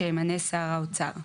שימנה שר האוצר: